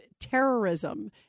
terrorism